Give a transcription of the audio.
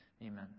Amen